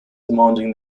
demanding